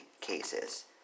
cases